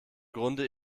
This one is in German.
grunde